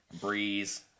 Breeze